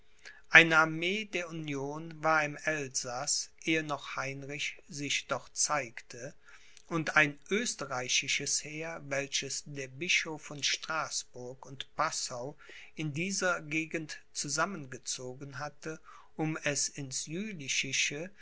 eine armee der union war im elsaß ehe noch heinrich sich dort zeigte und ein österreichisches heer welches der bischof von straßburg und passau in dieser gegend zusammengezogen hatte um es ins